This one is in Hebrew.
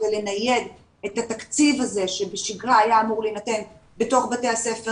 ולנייד את התקציב הזה שבשגרה היה אמור להינתן בתוך בתי הספר